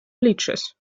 bleachers